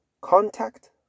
contact